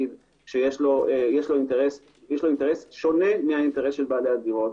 שיש לו אינטרס שונה מהאינטרס של בעלי הדירות.